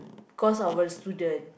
cause our student